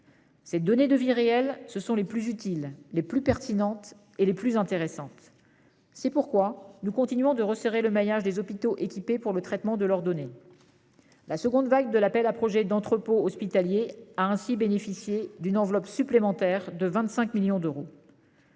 Ces données de « vie réelle » sont les plus utiles, les plus pertinentes et les plus intéressantes. C'est pourquoi nous continuons de resserrer le maillage des hôpitaux équipés pour le traitement de leurs données. La seconde vague de l'appel à projets d'entrepôts hospitaliers a ainsi bénéficié d'une enveloppe supplémentaire de 25 millions d'euros.